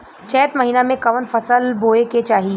चैत महीना में कवन फशल बोए के चाही?